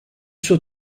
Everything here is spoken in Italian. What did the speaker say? suo